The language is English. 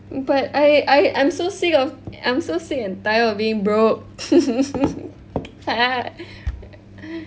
but I I I'm so sick of I'm so sick and tired of being broke